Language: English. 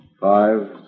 five